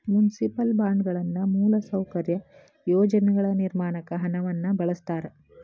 municipal ಬಾಂಡ್ಗಳನ್ನ ಮೂಲಸೌಕರ್ಯ ಯೋಜನೆಗಳ ನಿರ್ಮಾಣಕ್ಕ ಹಣವನ್ನ ಬಳಸ್ತಾರ